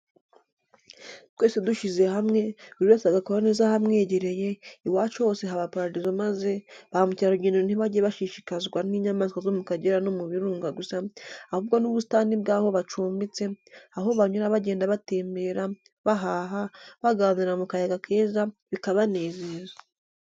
Twese dushyize hamwe, buri wese agakora neza ahamwegereye, iwacu hose haba paradizo maze ba mukerarugendo ntibajye bashishikazwa n'inyamaswa zo mu Kagera no mu Birunga gusa, ahubwo n'ubusitani bw'aho bacumbitse, aho banyura bagenda batembera, bahaha, baganira mu kayaga keza, bikabanezeza.